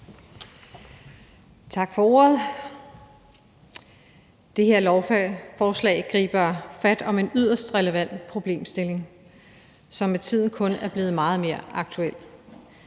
tak for ordet. Det her lovforslag griber fat om en yderst relevant problemstilling, som med tiden kun er blevet meget mere aktuel.